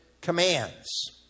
commands